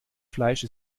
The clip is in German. fleisch